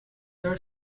your